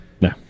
No